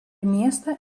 miestą